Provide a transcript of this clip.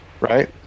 right